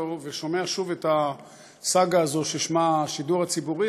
ושומע שוב את הסאגה הזאת ששמה השידור הציבורי,